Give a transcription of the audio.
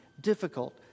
difficult